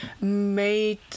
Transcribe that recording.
made